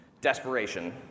desperation